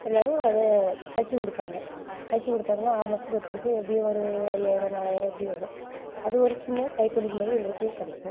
எல்லோரும் அதை தச்சு கொடுப்பாங்க தச்சு கொடுத்தாங்கன்னா ஆறு மாதத்துக்கு ஒரு திருப்பு எப்படியும் ஒரு ஐயாயிரம் நாலாயிரம் இப்படி வரும் அது ஒரு சின்ன கைத்தொழில் மாதிரி எங்களுக்குக் கிடைக்கும்